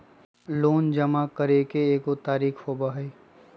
Loan जमा करेंगे एगो तारीक होबहई?